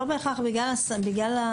לא בהכרח בגלל הסמכות.